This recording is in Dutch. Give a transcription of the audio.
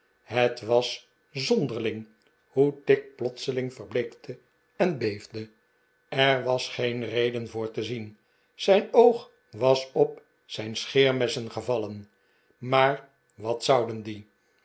het was zonderling hoe tigg plotseling verbleekte en beefde er was geen reden voor te zien zijn oog was op zijn scheermessen gevallen maar wat zouden die